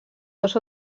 dos